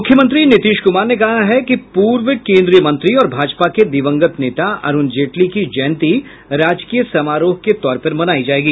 मुख्यमंत्री नीतीश कुमार ने कहा है कि पूर्व केंद्रीय मंत्री और भाजपा के दिवंगत नेता अरूण जेटली की जयंती राजकीय समारोह के तौर पर मनायी जायेगी